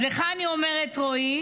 אז לך אני אומרת, רועי,